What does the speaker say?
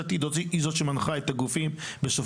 היא זאת שבסופו של דבר מנחה את הגופים לפעול.